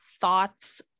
thoughts